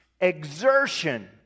exertion